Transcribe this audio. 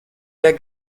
wer